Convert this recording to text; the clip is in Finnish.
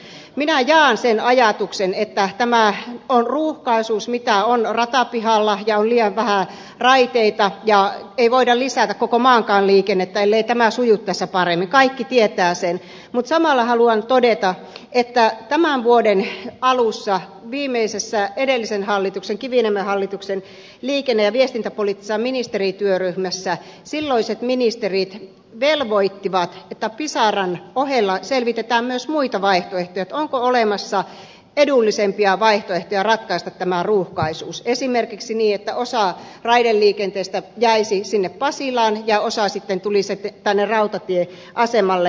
minä jaan ajatuksen ruuhkaisuudesta jota on ratapihalla ja on liian vähän raiteita ja ei voida lisätä koko maankaan liikennettä ellei tämä suju tässä paremmin kaikki tietävät sen mutta samalla haluan todeta että tämän vuoden alussa viimeisessä edellisen hallituksen kiviniemen hallituksen liikenne ja viestintäpoliittisessa ministerityöryhmässä silloiset ministerit velvoittivat että pisaran ohella selvitetään myös muita vaihtoehtoja onko olemassa edullisempia vaihtoehtoja ratkaista tämä ruuhkaisuus esimerkiksi niin että osa raideliikenteestä jäisi pasilaan ja osa sitten tulisi rautatieasemalle